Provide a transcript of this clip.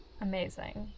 amazing